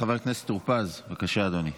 חבר הכנסת טור פז, בבקשה אדוני.